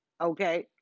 okay